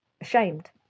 ashamed